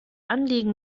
anliegen